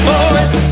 Boys